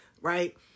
right